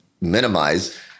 minimize